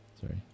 Sorry